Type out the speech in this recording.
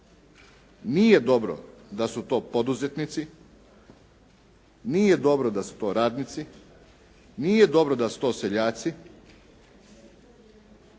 Nije dobro da su to poduzetnici, nije dobro da su to radnici, nije dobro da su to seljaci.